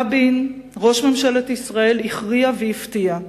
רבין, ראש ממשלת ישראל, הכריע והפתיע,